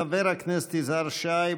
חבר הכנסת יזהר שי,